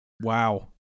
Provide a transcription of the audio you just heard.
Wow